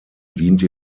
diente